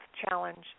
challenge